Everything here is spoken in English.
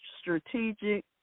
strategic